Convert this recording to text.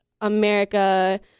america